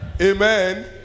Amen